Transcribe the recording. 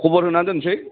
खबर होनानै दोनसै